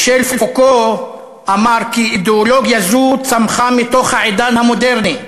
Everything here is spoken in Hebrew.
מישל פוקו אמר כי אידיאולוגיה זו צמחה מתוך העידן המודרני.